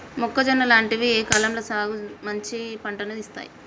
మొక్కజొన్న లాంటివి ఏ కాలంలో సానా మంచి పంటను ఇత్తయ్?